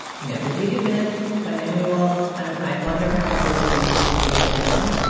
you know the beauty myth by naomi wolf. i wonder how it would be to read it now.